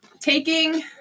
taking